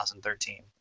2013